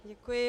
Děkuji.